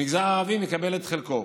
המגזר הערבי מקבל את חלקו,